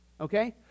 Okay